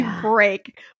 break